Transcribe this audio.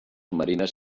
marines